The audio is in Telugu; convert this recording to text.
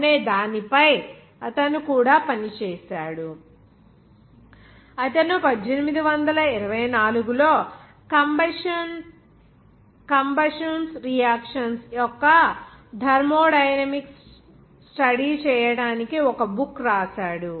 అనే దాని పై అతను కూడా పనిచేశాడు అతను 1824 లో కంబషన్స్ రియాక్షన్స్ యొక్క థర్మోడైనమిక్స్ స్టడీ చేయడానికి ఒక బుక్ రాశాడు